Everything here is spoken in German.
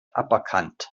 aberkannt